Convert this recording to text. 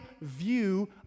view